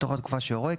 בתוך תקופה שיורה,